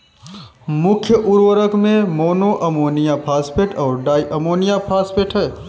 मुख्य उर्वरक में मोनो अमोनियम फॉस्फेट और डाई अमोनियम फॉस्फेट हैं